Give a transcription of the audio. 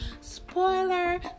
spoiler